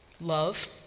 Love